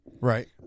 Right